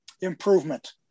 improvement